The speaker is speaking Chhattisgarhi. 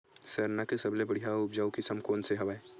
सरना के सबले बढ़िया आऊ उपजाऊ किसम कोन से हवय?